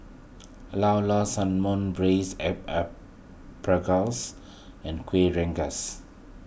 Llao Llao Sanum Braised and Kuih Rengas